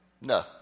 No